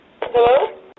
Hello